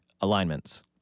alignments